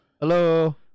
hello